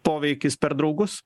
poveikis per draugus